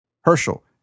Herschel